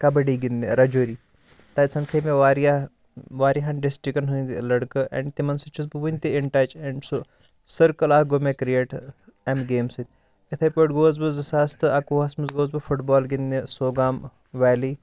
کَبَڈی گِنٛدنہِ راجوری تَتہِ سَمکھے مےٚ واریاہ واریاہَن ڈِسٹِرکَن ہِنٛدۍ لٔڑکہٕ اینٛڈ تِمن سۭتۍ چھُس بہٕ وٕنہِ تہِ اِنٹَچ اینٛڈ سُہ سٕرکٕل اَکھ گوٚو مےٚ کِریٹ امہِ گیمہِ سۭتۍ یِتھٕے پٲٹھۍ گوس بہٕ زٕ ساس تہٕ اَکوُہَس منٛز گوس بہٕ فُٹ بال گِنٛدنہِ سُگام ویلی